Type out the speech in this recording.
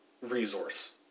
resource